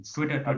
Twitter